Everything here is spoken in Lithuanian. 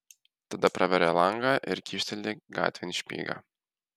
tada praveria langą ir kyšteli gatvėn špygą